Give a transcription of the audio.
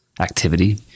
activity